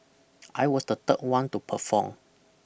I was the third one to perform